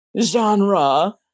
genre